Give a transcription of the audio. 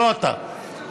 לא אתה,